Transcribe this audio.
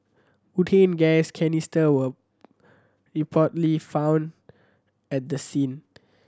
butane gas canister were reportedly found at the scene